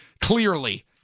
Clearly